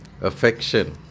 Affection